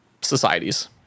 societies